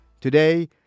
Today